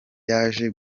yaje